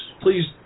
please